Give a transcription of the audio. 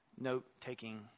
note-taking